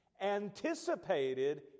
anticipated